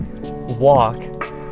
walk